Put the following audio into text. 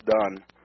done